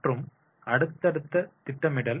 மற்றும் அடுத்தடுத்த திட்டமிடல்